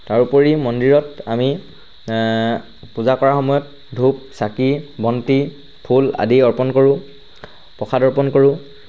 তাৰোপৰি মন্দিৰত আমি পূজা কৰা সময়ত ধূপ চাকি বন্তি ফুল আদি অৰ্পণ কৰোঁ প্ৰসাদ অৰ্পণ কৰোঁ